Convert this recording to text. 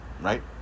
right